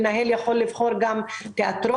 מנהל יכול לבחור תיאטרון,